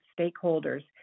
stakeholders